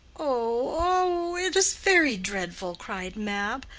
oh, oh, it's very dreadful! cried mab.